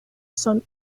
son